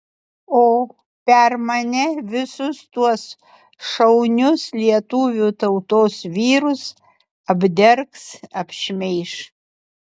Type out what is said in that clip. o per mane visus tuos šaunius lietuvių tautos vyrus apdergs apšmeiš